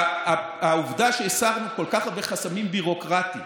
העובדה שהסרנו כל כך הרבה חסמים ביורוקרטיים,